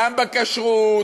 גם בכשרות,